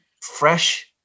fresh